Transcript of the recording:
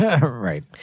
Right